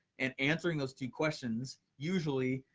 and answering those two questions, usually,